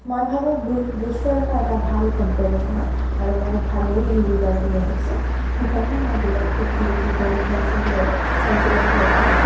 মই ভাবোঁ ব্ৰুচটো এটা ভাল কোম্পানী হয় আৰু ভালেই ই ৰিজাল্ট দি আহিছে সেইকাৰণে মই বিৰাট সুখী এই কালাৰ পেঞ্চিলক লৈ পেঞ্চিলক লৈ পেলাই